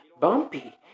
Bumpy